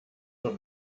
zur